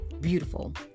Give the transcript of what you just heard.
beautiful